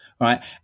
Right